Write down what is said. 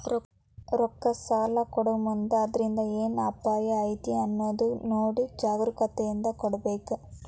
ರೊಕ್ಕಾ ಸಲಾ ಕೊಡೊಮುಂದ್ ಅದ್ರಿಂದ್ ಏನ್ ಅಪಾಯಾ ಐತಿ ಅನ್ನೊದ್ ನೊಡಿ ಜಾಗ್ರೂಕತೇಂದಾ ಕೊಡ್ಬೇಕ್